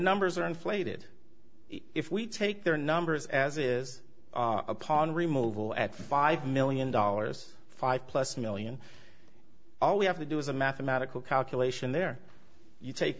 numbers are inflated if we take their numbers as is upon remove all at five million dollars five plus million all we have to do is a mathematical calculation there you take